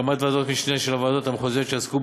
הקמת ועדות משנה של הוועדות המחוזיות שיעסקו